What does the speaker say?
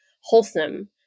wholesome